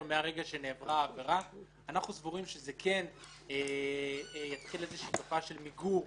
מרגע שנעברה העבירה אנחנו סבורים שזה כן יתחיל תופעה של מיגור